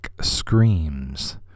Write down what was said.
screams